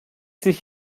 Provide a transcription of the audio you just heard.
sich